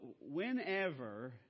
whenever